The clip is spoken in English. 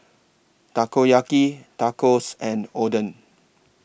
Takoyaki Tacos and Oden